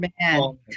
man